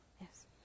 Yes